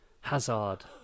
Hazard